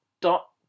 dot